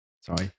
sorry